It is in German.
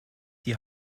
die